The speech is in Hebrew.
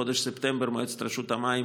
בחודש ספטמבר מועצת רשות המים